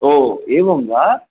ओ एवं वा